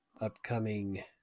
upcoming